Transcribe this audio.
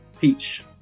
Peach